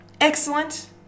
Excellent